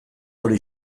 hori